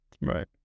Right